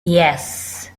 yes